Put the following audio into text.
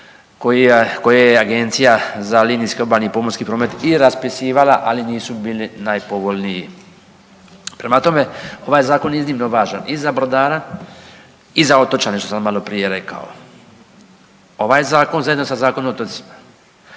koje je Agencija za linijski obalski pomorski promet i raspisivala, ali nisu bili najpovoljniji. Prema tome, ovaj zakon je iznimno važan i za brodara i za otočane što sam maloprije rekao. Ovaj zakon zajedno sa Zakonom o otocima